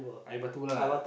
air batu lah